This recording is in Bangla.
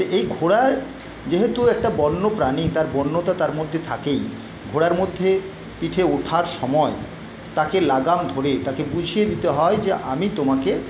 এই ঘোড়ার যেহেতু একটা বন্য প্রাণী তার বন্যতা তার মধ্যে থাকেই ঘোড়ার মধ্যে পিঠে ওঠার সময় তাকে লাগাম ধরে তাকে বুঝিয়ে দিতে হয় যে আমি তোমাকে